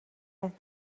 است